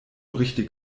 richtig